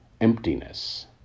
emptiness